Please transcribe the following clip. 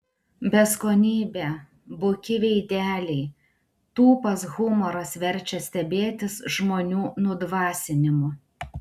beskonybė buki veideliai tūpas humoras verčia stebėtis žmonių nudvasinimu